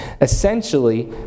Essentially